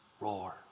roar